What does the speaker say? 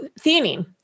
theanine